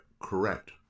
correct